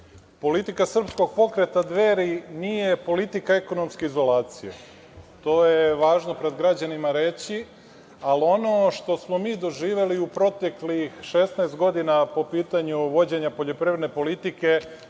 politika Srpskog pokreta Dveri, nije politika ekonomske izolacije, to je važno pred građanima reći, ali ono što smo mi doživeli u proteklih 16 godina, po pitanju vođenja poljoprivredne politike,